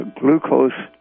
glucose